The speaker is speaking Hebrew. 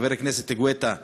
חבר הכנסת גואטה,